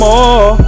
More